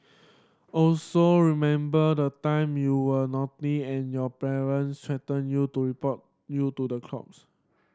also remember the time you were naughty and your parents threatened you to report you to the corps